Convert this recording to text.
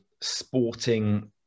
sporting